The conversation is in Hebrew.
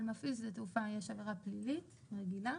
על מפעיל שדה תעופה יש עבירה פלילית רגילה,